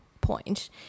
point